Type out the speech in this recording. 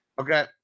Okay